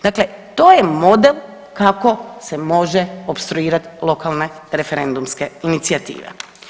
Dakle, to je model kako se može opstruirati lokalne referendumske inicijative.